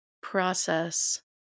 process